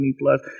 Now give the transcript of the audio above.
plus